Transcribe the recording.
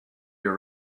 your